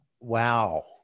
Wow